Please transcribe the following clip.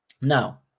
Now